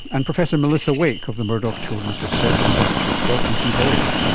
and professor melissa wake of the murdoch children's research institute. welcome to you both.